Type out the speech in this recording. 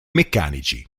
meccanici